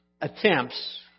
attempts